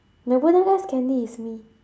nobunaga's candy is me